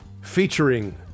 featuring